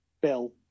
bill